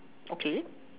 okay